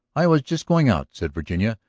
i was just going out, said virginia.